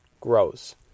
grows